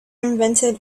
invented